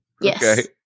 Yes